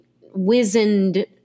wizened